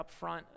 upfront